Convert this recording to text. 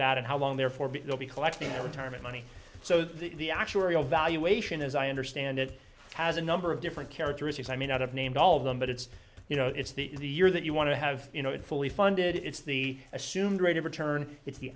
that and how long therefore it will be collecting retirement money so the actuarial valuation as i understand it has a number of different characteristics i may not have named all of them but it's you know it's the year that you want to have you know it fully funded it's the assumed rate of return it's the